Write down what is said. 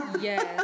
Yes